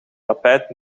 tapijt